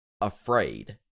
afraid